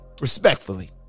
respectfully